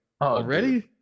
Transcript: already